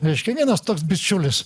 reiškia vienas toks bičiulis